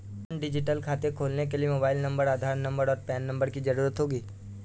तुंरत डिजिटल खाता खोलने के लिए मोबाइल नंबर, आधार नंबर, और पेन नंबर की ज़रूरत होगी